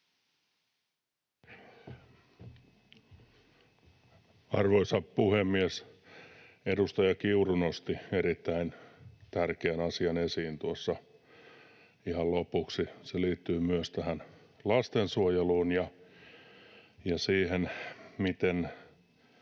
Arvoisa puhemies! Edustaja Kiuru nosti erittäin tärkeän asian esiin tuossa ihan lopuksi. Se liittyy myös tähän lastensuojeluun ja siihen, miten